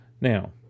now